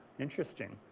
interesting.